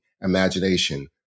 imagination